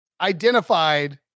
identified